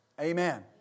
Amen